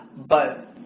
but,